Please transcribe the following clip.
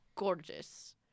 gorgeous